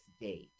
date